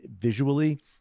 visually